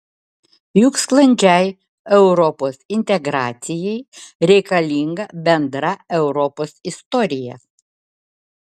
juk sklandžiai europos integracijai reikalinga bendra europos istorija